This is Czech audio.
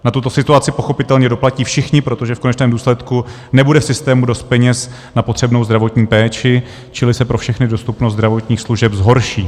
Na tuto situaci pochopitelně doplatí všichni, protože v konečném důsledku nebude v systému dost peněz na potřebnou zdravotní péči, čili se pro všechny dostupnost zdravotních služeb zhorší.